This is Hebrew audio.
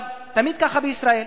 תמיד ככה בישראל,